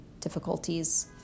difficulties